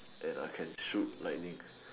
and I can shoot lightning